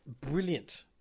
brilliant